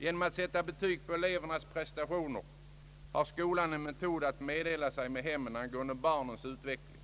Genom att sätta betyg på elevernas prestationer har skolan en metod att meddela sig med hemmen angående barnens utveckling.